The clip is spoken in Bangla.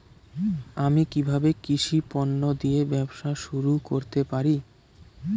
আমি কিভাবে কৃষি পণ্য দিয়ে ব্যবসা শুরু করতে পারি?